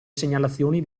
segnalazioni